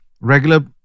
regular